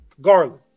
Garland